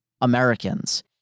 Americans